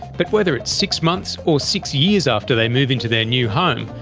but whether it's six months or six years after they move into their new home,